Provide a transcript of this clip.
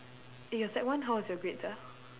eh your sec one how was your grades ah